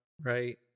right